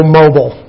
mobile